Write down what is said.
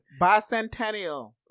Bicentennial